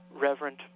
reverend